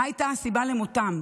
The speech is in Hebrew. מה הייתה הסיבה למותם?